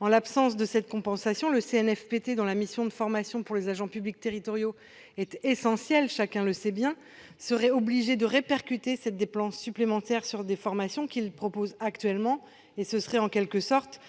En l'absence d'une telle compensation, le CNFPT, dont la mission de formation des agents publics territoriaux est essentielle, serait obligé de répercuter ces dépenses supplémentaires sur des formations qu'il propose actuellement. Cela reviendrait, en quelque sorte,